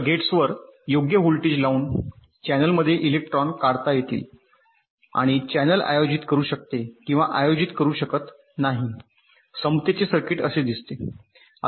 तर गेट्सवर योग्य व्होल्टेज लावून चॅनेलमध्ये इलेक्ट्रॉन काढता येतील आणि चॅनेल आयोजित करू शकते किंवा आयोजित करू शकत नाही समतेचे सर्किट असे दिसते